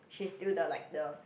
she is still the like the